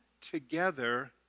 together